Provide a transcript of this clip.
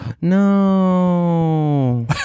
No